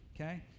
okay